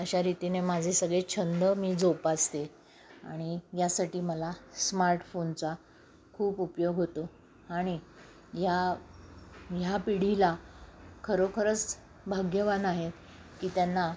अशा रीतीने माझे सगळे छंद मी जोपासते आणि यासाठी मला स्मार्टफोनचा खूप उपयोग होतो आणि या ह्या पिढीला खरोखरच भाग्यवान आहेत की त्यांना